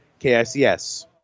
KICS